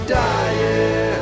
dying